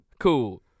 Cool